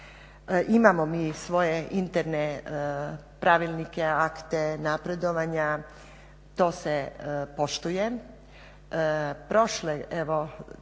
Imamo mi svoje interne pravilnike, akte napredovanja, to se poštuje. Prošle